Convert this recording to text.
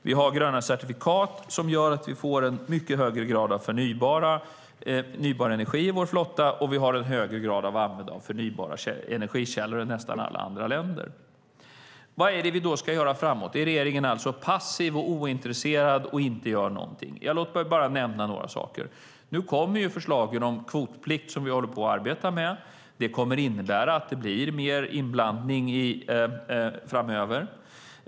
Vi har gröna certifikat som gör att vi får en mycket högre grad av förnybar energi i vår fordonsflotta, och vi har en högre grad av förnybara energikällor än nästan alla länder. Vad är det då vi ska göra framåt? Är regeringen passiv, ointresserad och inte gör någonting? Låt mig bara nämna några saker. Nu kommer förslaget om kvotplikt som vi håller på att arbeta med. Det kommer att innebära att det blir mer inblandning framöver.